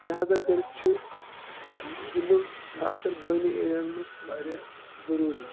لِحاظہ کٔرِتھ چھُ گِنٛدُن خاص کَر گٲمی ایریا ہن منٛز واریاہ ضروٗری